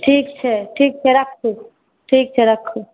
ठीक छै ठीक छै राखू ठीक छै राखू